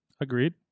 Agreed